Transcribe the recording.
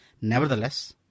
Nevertheless